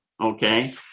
Okay